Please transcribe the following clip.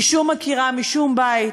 כי שום עקירה משום בית,